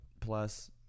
Plus